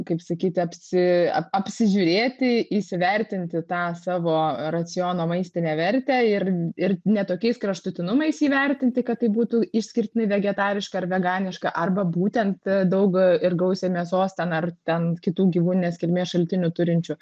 kaip sakyti apsi a apsižiūrėti įsivertinti tą savo raciono maistinę vertę ir ir ne tokiais kraštutinumais įvertinti kad tai būtų išskirtinai vegetariška ar veganiška arba būtent daug ir gausiai mėsos ten ar ten kitų gyvūninės kilmės šaltinių turinčių